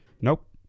nope